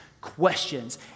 questions